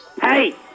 Hey